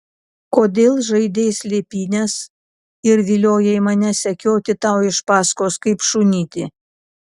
kodėl žaidei slėpynes ir viliojai mane sekioti tau iš paskos kaip šunytį